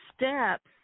Steps